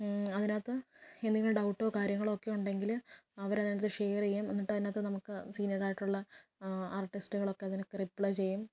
അതിനകത്ത് എന്തെങ്കിലും ഡൗട്ടോ കാര്യങ്ങളൊക്കെ ഉണ്ടെങ്കിൽ അവരതിനകത്ത് ഷെയർ ചെയ്യും എന്നിട്ട് അതിനകത്തു നമുക്ക് സീനിയറായിട്ടുള്ള ആർട്ടിസ്റ്റുകളൊക്കെ അതിനകത്തു റിപ്ലൈ ചെയ്യും